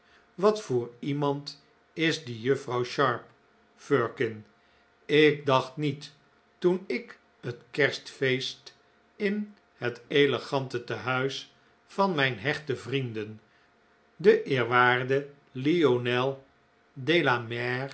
wat voor iemand is die juffrouw sharp firkin ik dacht niet toen ik het kerstfeest in het elegante tehuis van mijn hechte vrienden den eerwaarden lionel